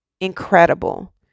incredible